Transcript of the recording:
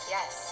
Yes